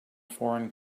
foreign